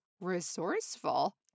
resourceful